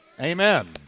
Amen